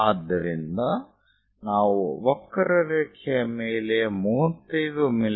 ಆದ್ದರಿಂದ ನಾವು ವಕ್ರರೇಖೆಯ ಮೇಲೆ 35 ಮಿ